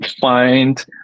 find